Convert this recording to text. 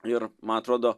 ir man atrodo